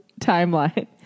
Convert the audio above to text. timeline